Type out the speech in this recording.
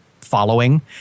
following